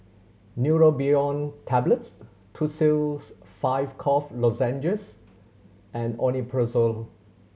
Neurobion Tablets Tussils Five Cough Lozenges and Omeprazole